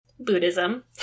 Buddhism